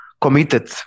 committed